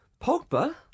Pogba